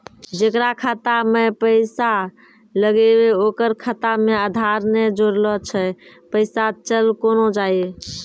जेकरा खाता मैं पैसा लगेबे ओकर खाता मे आधार ने जोड़लऽ छै पैसा चल कोना जाए?